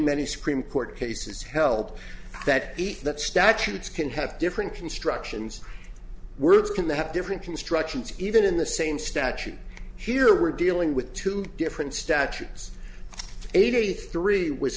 many supreme court cases held that that statutes can have different constructions words can have different constructions even in the same statute here we're dealing with two different statutes eighty three was